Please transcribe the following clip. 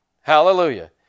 Hallelujah